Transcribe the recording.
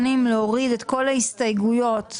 את מספרי ההסתייגויות.